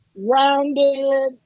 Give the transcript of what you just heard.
rounded